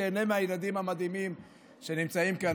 תיהנה מהילדים המדהימים שנמצאים כאן.